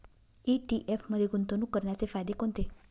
ETF मध्ये गुंतवणूक करण्याचे फायदे कोणते?